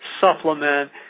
supplement